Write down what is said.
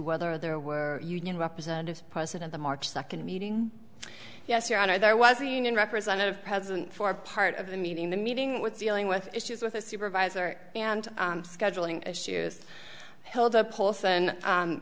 whether there were union representatives president the march second meeting yes your honor there was a union representative present for part of the meeting the meeting with dealing with issues with a supervisor and scheduling issues held a polson